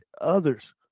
others